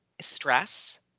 Stress